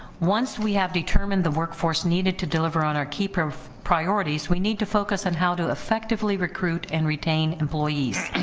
once we have determined the workforce needed to deliver on our keeper priorities, we need to focus on how to effectively recruit and retain employees,